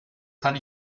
kann